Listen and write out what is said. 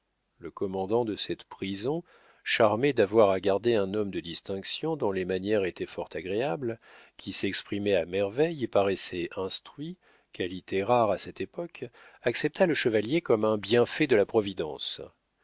le commandant de cette prison charmé d'avoir à garder un homme de distinction dont les manières étaient fort agréables qui s'exprimait à merveille et paraissait instruit qualités rares à cette époque accepta le chevalier comme un bienfait de la providence